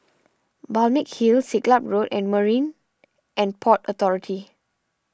Balmeg Hill Siglap Road and Marine and Port Authority